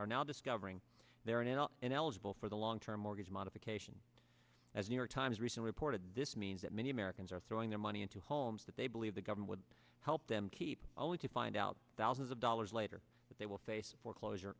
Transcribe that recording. are now discovering they are not and eligible for the long term mortgage modification as new york times recently reported this means that many americans are throwing their money into homes that they believe the government would help them keep only to find out thousands of dollars later that they will face foreclosure